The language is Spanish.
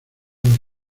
los